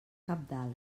cabdal